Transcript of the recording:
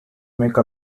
make